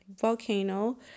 volcano